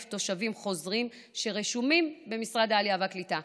תושבים חוזרים שרשומים במשרד העלייה והקליטה.